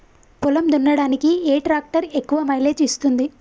పొలం దున్నడానికి ఏ ట్రాక్టర్ ఎక్కువ మైలేజ్ ఇస్తుంది?